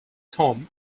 tomb